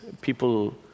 People